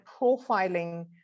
profiling